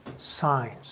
signs